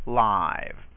live